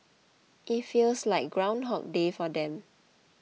it feels like groundhog day for them